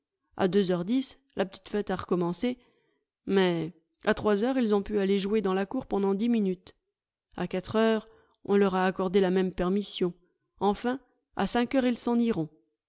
a deux heures dix la petite fête a recommencé mais à trois heures ils ont pu aller jouer dans la cour pendant dix minutes a quatre heures on leur a accordé la même permission enfin à cinq heures ils s'en iront